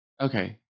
okay